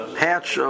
patch